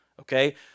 Okay